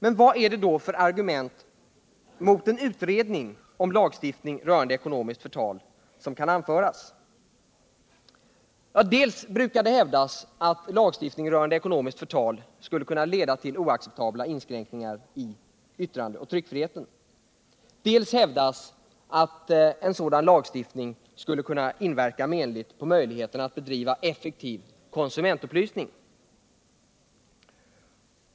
Men vilka argument mot en utredning av frågan om lagstiftning rörande ekonomiskt förtal är det då som kan anföras? Jo, det brukar hävdas dels att en sådan lagstiftning skulle kunna leda till oacceptabla inskränkningar i yttrandeoch tryckfriheten, dels att den skulle kunna inverka menligt på möjligheterna att bedriva effektiv konsumentupplysning.